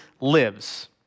lives